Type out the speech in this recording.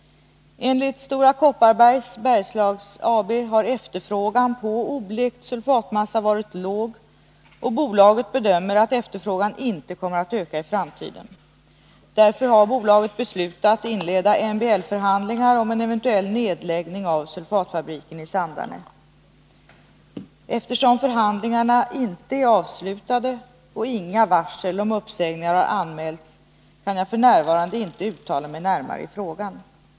Enligt Stora Kopparbergs Bergslags AB har efterfrågan på oblekt sulfatmassa varit låg och bolaget bedömer att efterfrågan inte kommer att öka i framtiden. Därför har bolaget beslutat inleda MBL-förhandlingar om en eventuell nedläggning av sulfatfabriken i Sandarne. Eftersom förhandlingarna inte är avslutade och inga varsel om uppsägningar har anmälts kan jag f.n. inte uttala mig närmare i frågan.